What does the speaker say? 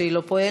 שהיא לא פועלת,